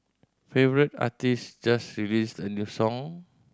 favourite artist just released a new song